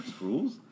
Rules